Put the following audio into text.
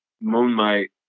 Moonlight